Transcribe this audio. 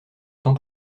temps